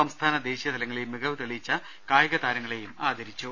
സംസ്ഥാന ദേശീയ തലങ്ങളിൽ മികവ് തെളിയിച്ച കായിക താരങ്ങളെയും ആദരിച്ചു